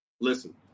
listen